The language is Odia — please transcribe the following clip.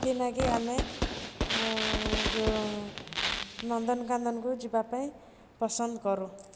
ସେଥିଲାଗି ଆମେ ଯେଉଁ ନନ୍ଦନକାନନକୁ ଯିବା ପାଇଁ ପସନ୍ଦ କରୁ